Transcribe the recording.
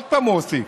עוד פעם הוא הוסיף: